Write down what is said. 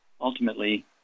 ultimately